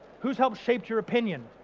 who's helped shaped your opinion?